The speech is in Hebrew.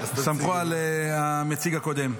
סמכו על המציג הקודם.